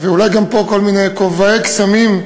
ואולי גם פה כל מיני כובעי קסמים,